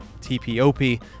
T-P-O-P